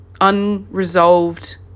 unresolved